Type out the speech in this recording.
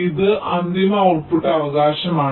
ഇത് അന്തിമ ഔട്ട്പുട്ട് അവകാശമാണ്